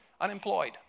unemployed